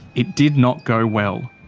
it did not go well.